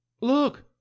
Look